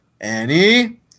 Annie